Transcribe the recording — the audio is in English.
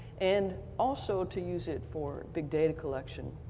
and also to use it for big data collection.